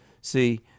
See